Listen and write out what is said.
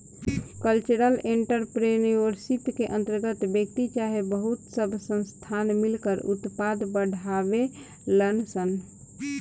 cultural entrepreneurship के अंतर्गत व्यक्ति चाहे बहुत सब संस्थान मिलकर उत्पाद बढ़ावेलन सन